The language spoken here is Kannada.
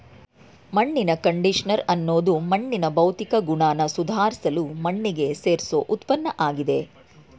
ಮಣ್ಣಿನ ಕಂಡಿಷನರ್ ಅನ್ನೋದು ಮಣ್ಣಿನ ಭೌತಿಕ ಗುಣನ ಸುಧಾರ್ಸಲು ಮಣ್ಣಿಗೆ ಸೇರ್ಸೋ ಉತ್ಪನ್ನಆಗಿದೆ